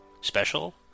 special